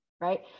right